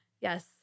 yes